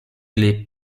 les